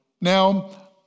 Now